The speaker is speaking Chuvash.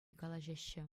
калаҫаҫҫӗ